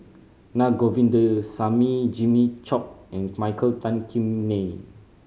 Na Govindasamy Jimmy Chok and Michael Tan Kim Nei